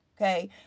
okay